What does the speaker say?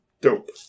dope